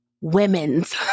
women's